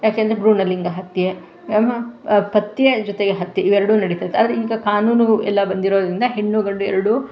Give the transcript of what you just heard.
ಯಾಕೆಂದರೆ ಭ್ರೂಣ ಲಿಂಗ ಹತ್ಯೆ ಮ ಪಥ್ಯೆ ಜೊತೆಗೆ ಹತ್ಯೆ ಇವೆರಡೂ ನಡಿತಾ ಇತ್ತು ಆದರೆ ಈಗ ಕಾನೂನು ಎಲ್ಲ ಬಂದಿರೋದರಿಂದ ಹೆಣ್ಣು ಗಂಡು ಎರಡೂ